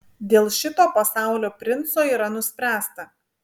dėl šito pasaulio princo yra nuspręsta